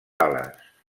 ales